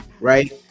right